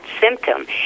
symptom